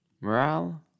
Morale